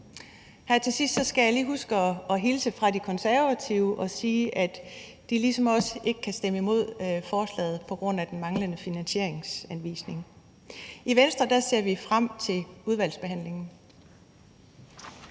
til sidst skal jeg lige huske at hilse fra De Konservative og sige, at de ligesom os ikke kan stemme for forslaget på grund af den manglende finansieringsanvisning. I Venstre ser vi frem til udvalgsbehandlingen.